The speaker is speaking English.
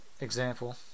example